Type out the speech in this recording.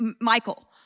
Michael